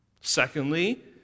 Secondly